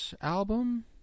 album